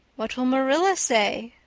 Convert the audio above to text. what will marilla say?